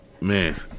man